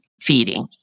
feeding